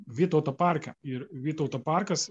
vytauto parke ir vytauto parkas